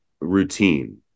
routine